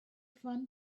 fun